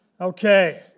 Okay